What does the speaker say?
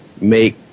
make